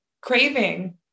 craving